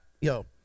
yo